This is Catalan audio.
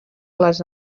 les